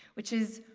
which is,